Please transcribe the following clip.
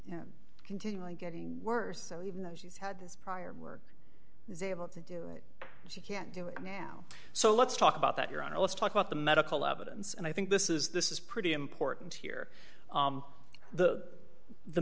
is continually getting worse so even though she's had this prior work zabel to do it she can't do it now so let's talk about that your honor let's talk about the medical evidence and i think this is this is pretty important here the the